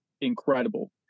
incredible